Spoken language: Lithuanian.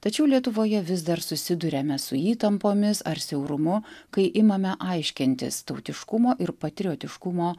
tačiau lietuvoje vis dar susiduriame su įtampomis ar siaurumu kai imame aiškintis tautiškumo ir patriotiškumo